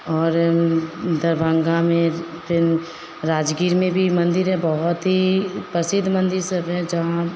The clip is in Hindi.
और दरभंगा में राजगीर में भी मंदिरें बहुत ही प्रसिद्ध मंदिर सब है जहाँ